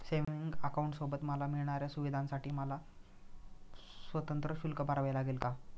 Savings अकाउंटसोबत मला मिळणाऱ्या सुविधांसाठी मला स्वतंत्र शुल्क भरावे लागेल का?